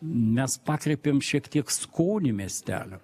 mes pakreipėm šiek tiek skonį miestelio